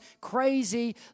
crazy